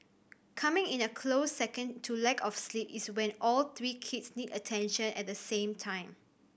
coming in a close second to lack of sleep is when all three kids need attention at the same time